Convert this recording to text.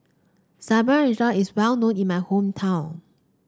is well known in my hometown